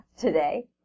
today